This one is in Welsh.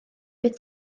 byd